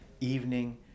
evening